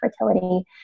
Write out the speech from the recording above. fertility